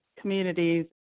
communities